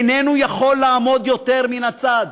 איננו יכול לעמוד יותר מן הצד.